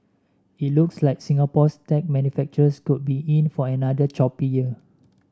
it looks like Singapore's tech manufacturers could be in for another choppy year